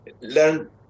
Learn